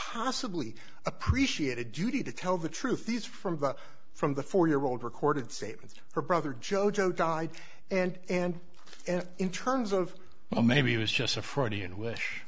possibly appreciate a duty to tell the truth these from the from the four year old recorded statements her brother joe joe died and and in terms of well maybe it was just a freddie and wish